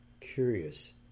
curious